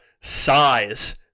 size